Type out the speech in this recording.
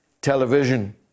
television